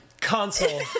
console